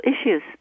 issues